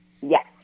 Yes